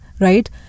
right